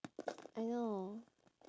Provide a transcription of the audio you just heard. I know